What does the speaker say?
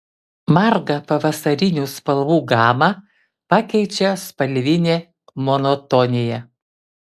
margą pavasarinių spalvų gamą pakeičia spalvinė monotonija